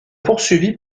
poursuivi